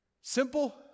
Simple